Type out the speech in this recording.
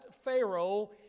Pharaoh